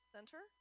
Center